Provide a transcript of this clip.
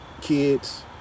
kids